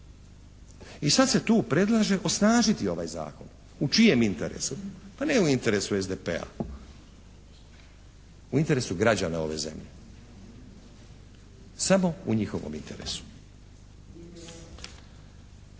I sad se tu predlaže osnažiti ovaj zakon. U čijem interesu? Pa ne u interesu SDP-a, u interesu građana ove zemlje, samo u njihovom interesu.